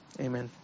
Amen